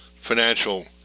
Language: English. financial